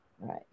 right